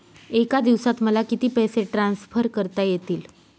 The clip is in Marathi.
एका दिवसात मला किती पैसे ट्रान्सफर करता येतील?